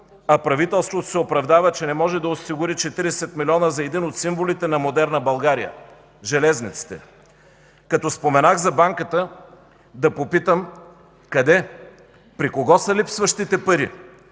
а правителството се оправдава, че не може да осигури 40 милиона за един от символите на модерна България – железниците. Като споменах за банката да попитам: къде, при кого са липсващите пари?